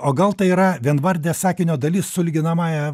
o gal tai yra vienvardė sakinio dalys su lyginamąja